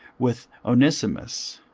with onesimus,